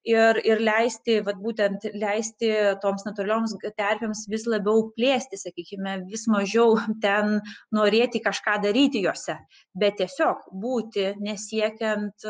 ir ir leisti vat būtent leisti toms natūralioms terpėms vis labiau plėstis sakykime mažiau ten norėti kažką daryti jose bet tiesiog būti nesiekiant